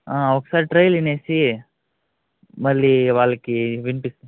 ఒకసారి ట్రయిల్ వినేసి మళ్ళీ వాళ్ళకి వినిపిస్తా